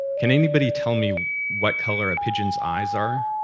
can anybody tell me what color a pigeon's eyes are?